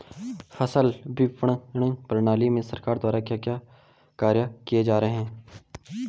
फसल विपणन प्रणाली में सरकार द्वारा क्या क्या कार्य किए जा रहे हैं?